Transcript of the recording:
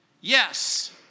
Yes